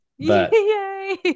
Yay